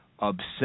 obsessed